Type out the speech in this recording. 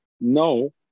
no